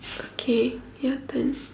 okay your turn